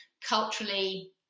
culturally